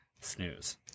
Snooze